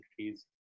countries